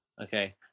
okay